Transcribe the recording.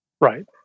Right